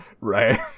right